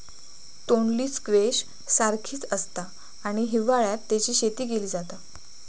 तोंडली स्क्वैश सारखीच आसता आणि हिवाळ्यात तेची शेती केली जाता